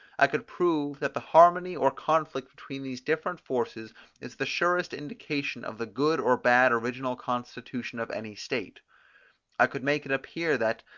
i could prove that the harmony or conflict between these different forces is the surest indication of the good or bad original constitution of any state i could make it appear that,